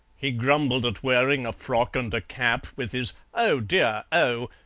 he grumbled at wearing a frock and a cap, with his oh, dear, oh!